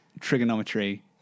trigonometry